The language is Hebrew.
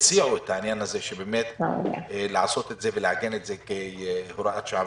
הציעו לעשות את זה ולעגן את זה כהוראת שעה.